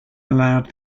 allowed